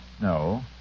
No